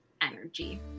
energy